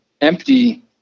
empty